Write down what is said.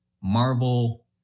Marvel